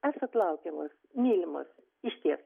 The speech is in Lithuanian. esat laukiamos mylimos išties